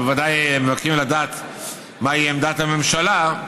שבוודאי מבקשים לדעת מהי עמדת הממשלה,